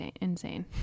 insane